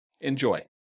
Enjoy